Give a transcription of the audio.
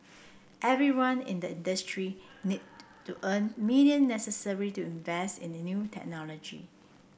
everyone in the industry need to earn billion necessary to invest in the new technology